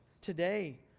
today